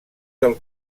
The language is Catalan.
del